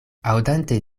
aŭdante